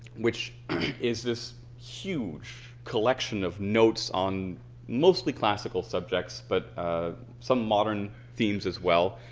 which is this huge collection of notes on mostly classical subjects, but some modern themes as well.